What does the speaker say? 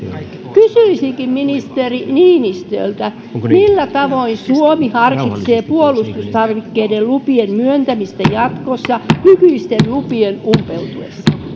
kysyisinkin ministeri niinistöltä millä tavoin suomi harkitsee puolustustarvikkeiden lupien myöntämistä jatkossa nykyisten lupien umpeutuessa